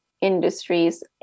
industries